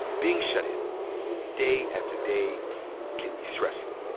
being shut in day after day can be stressful